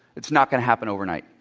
it's not going to happen overnight.